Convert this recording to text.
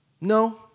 No